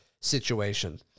situation